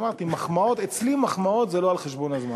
אמרתי: אצלי מחמאות זה לא על חשבון הזמן.